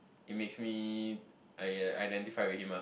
it makes me I guess identify with him ah